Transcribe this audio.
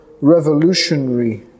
revolutionary